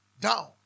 down